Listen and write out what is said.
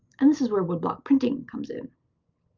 and this is where woodblock printing comes in.